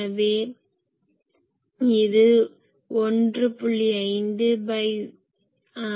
எனவே இது 1